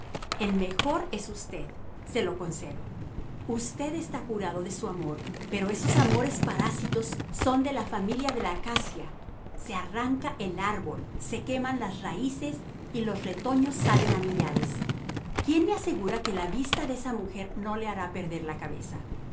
el mejor es usted se lo concedo usted está curado de su amor pero esos amores parásitos son de la familia de la acacia se arranca el árbol se queman las raíces y los retoños salen a millares quién me asegura que la vista de esa mujer no le hará perder la cabeza